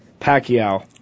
Pacquiao